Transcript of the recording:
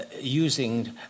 using